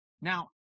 Now